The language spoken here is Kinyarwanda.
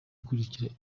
ikurikira